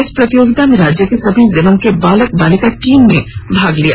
इस प्रतियोगिता में राज्य के सभी जिलों के बालक बालिका टीम ने भाग लिया